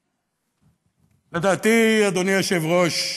לדעתי, אדוני היושב-ראש,